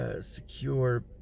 secure